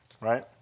Right